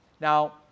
Now